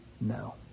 no